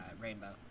Rainbow